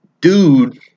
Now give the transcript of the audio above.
dude